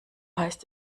heißt